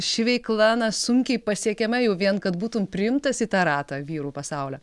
ši veikla na sunkiai pasiekiama jau vien kad būtum priimtas į tą ratą vyrų pasaulio